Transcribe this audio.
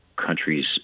countries